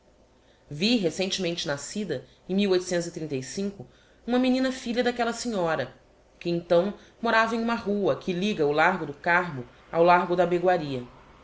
vi recentemente nascida em uma menina filha d'aquella senhora que então morava em uma rua que liga o largo do carmo ao largo da abegoaria em